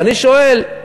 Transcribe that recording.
ואני שואל,